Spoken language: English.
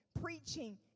preaching